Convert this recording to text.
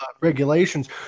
regulations